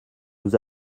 nous